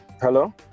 hello